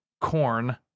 corn